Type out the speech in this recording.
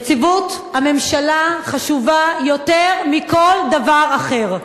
יציבות הממשלה חשובה יותר מכל דבר אחר.